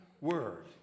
word